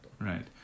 Right